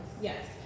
Yes